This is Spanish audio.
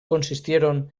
consistieron